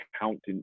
accountant